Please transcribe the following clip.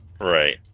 Right